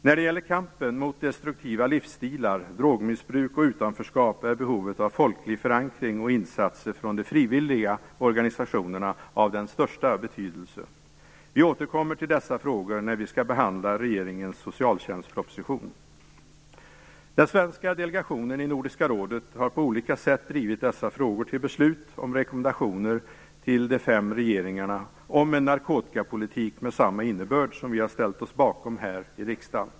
När det gäller kampen mot destruktiva livsstilar, drogmissbruk och utanförskap är behovet av folklig förankring och insatser från de frivilliga organisationerna av största betydelse. Vi återkommer till dessa frågor när vi skall behandla regeringens socialtjänstproposition. Den svenska delegationen i Nordiska rådet har på olika sätt drivit dessa frågor till beslut om rekommendationer till de fem regeringarna om en narkotikapolitik med samma innebörd som vi har ställt oss bakom här i riksdagen.